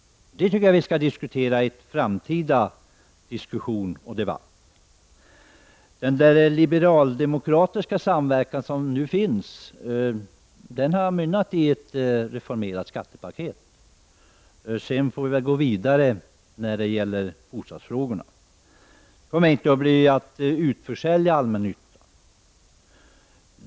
Det tycker jag att vi skall behandla i en framtida debatt. Den ”liberaldemokratiska” samverkan som nu finns har utmynnat i ett reformerat skattepaket. Sedan får vi väl gå vidare när det gäller bostadsfrågorna. Det kommer inte att bli någon utförsäljning av allmännyttan.